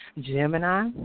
Gemini